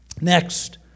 Next